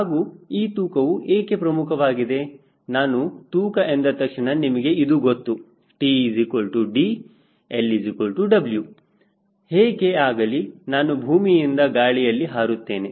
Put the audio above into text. ಹಾಗೂ ಈ ತೂಕವು ಏಕೆ ಪ್ರಮುಖವಾಗಿದೆ ನಾನು ತೂಕ ಎಂದ ತಕ್ಷಣ ನಮಗೆ ಇದು ಗೊತ್ತು TD LW ಹೇಗೆ ಆಗಲಿ ನಾನು ಭೂಮಿಯಿಂದ ಗಾಳಿಯಲ್ಲಿ ಹಾರುತ್ತೇನೆ